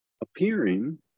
appearing